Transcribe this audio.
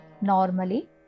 normally